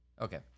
Okay